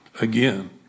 Again